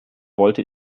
wollte